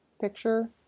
picture